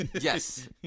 Yes